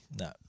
No